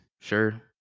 sure